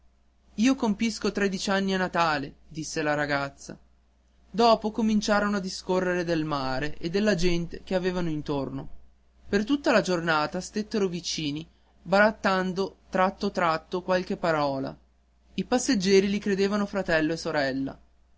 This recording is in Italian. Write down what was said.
io compisco tredici anni a natale disse la ragazza dopo cominciarono a discorrere del mare e della gente che avevano intorno per tutta la giornata stettero vicini barattando tratto tratto qualche parola i passeggieri li credevano fratello e sorella